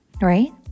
right